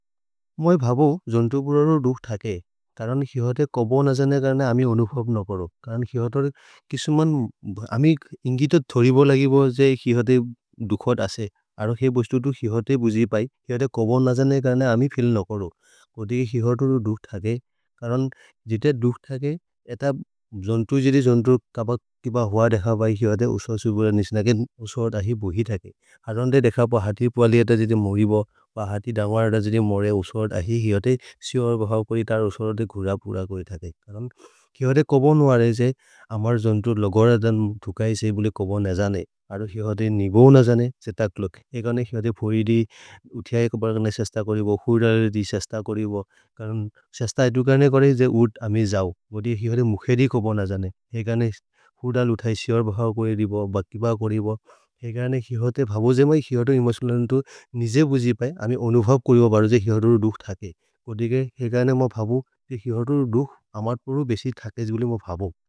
मै भाबो जन्तु पुरारो दुख ठाके, कारण हिहोते कबों ना जाने कारण आमी अनुपव ना करो। कारण हिहोतोर किसमान आमी इंगीतो धोरिबो लागीबो जे हिहोते दुखवाट आसे, आरो ही बुष्टु तु हिहोते बुझी पाई। हिहोते कबों ना जाने कारण आम उसवर्ड आही हिहोते सिवर भाव करी तार उसवर्ड दे खुरा पुरा करी ठाके। कारण हिहोते कबों ना जाने जे आमार जन्तु लगोरा धन धुकाई से बुले कबों ना जाने, आरो हिहोते निबों ना जाने चे ताकलोक। एकाने हिहोते फुरीडी उत्या एक बड़ा करीबो, फुरीडाल करीबो, कारण स्यास्ता एटु काने करें जे उट आमें जाओ, वो दिए हिहोरे मुखेरी को बों ना जाने। हिहोरे फुरीडाल उठाई सिवर भाव करीबो, बक्किबा करीबो, हिहोरे हिहोते भावो जे मैं हिहोरो इमश्लान्तु निजे बुझी पाई। आमें अनुभाव करीबो बाड़ो जे हिहोरो डूख ठाके, वो दिगे हिहोरो डूख अमार परो बेसी ठाके जी बोली मैं भावो।